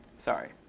sorry.